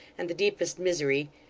and the deepest misery,